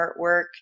artwork